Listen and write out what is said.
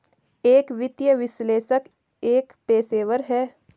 एक वित्तीय विश्लेषक एक पेशेवर है